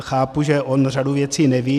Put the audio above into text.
Chápu, že on řadu věcí neví.